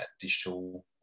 digital